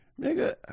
Nigga